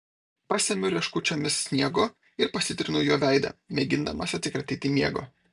pasemiu rieškučiomis sniego ir pasitrinu juo veidą mėgindamas atsikratyti miego